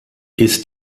ist